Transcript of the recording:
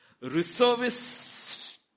reservists